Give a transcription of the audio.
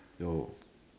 so